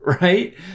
right